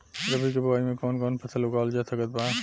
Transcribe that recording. रबी के बोआई मे कौन कौन फसल उगावल जा सकत बा?